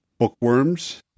bookworms